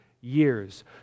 years